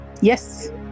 yes